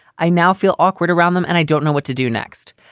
i now feel awkward around them and i don't know what to do next.